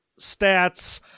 stats